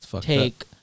take